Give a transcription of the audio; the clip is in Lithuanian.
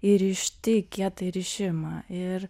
įrišti į kietą įrišimą ir